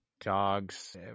dogs